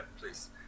please